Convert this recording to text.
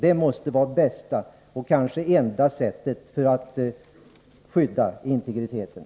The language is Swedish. Det måste vara det bästa sättet — och kanske det enda — att skydda integriteten.